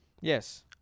Yes